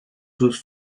sus